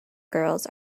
girls